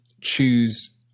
choose